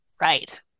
Right